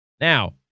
Now